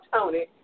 Tony